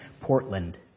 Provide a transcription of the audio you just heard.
Portland